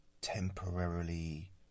temporarily